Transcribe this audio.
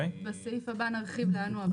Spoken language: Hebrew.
בסעיף הבא נרחיב לאן הוא עבר.